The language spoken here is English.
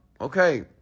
Okay